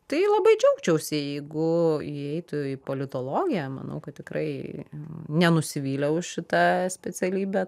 tai labai džiaugčiausi jeigu ji eitų į politologiją manau kad tikrai nenusivyliau šita specialybe